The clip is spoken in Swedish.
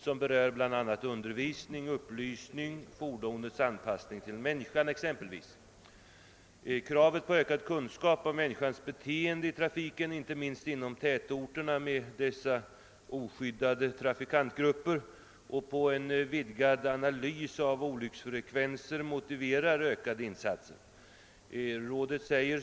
Det gäller bl.a. undervisning, upplysning och fordonets anpassning till människan. Kravet på ökad kunskap om människans beteende i trafiken, inte minst i tätorterna med deras oskyddade trafikanter, och en mer ingående analys av olycksfallsfrekvensen motiverar ökade insatser.